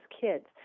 kids